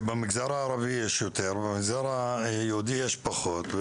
כי במגזר הערבי יש יותר ובמגזר היהודי יש פחות.